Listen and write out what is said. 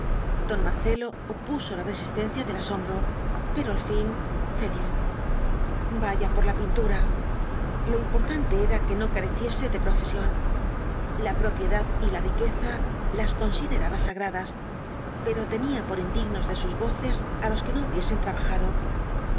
don marcelo opuso la resistencia del asombro pero al fin cedió vaya por la pintura lo importante era que no careciese de profesión la propiedad y la riqueza las consideraba sagradas pero tenía por indignos de sus goces á los que no hubiesen trabajado